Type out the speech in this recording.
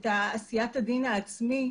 את עשיית הדין העצמי,